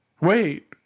wait